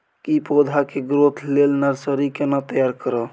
की पौधा के ग्रोथ लेल नर्सरी केना तैयार करब?